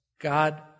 God